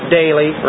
daily